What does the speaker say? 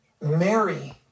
Mary